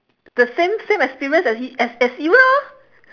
the same same experience as y~ as as you lor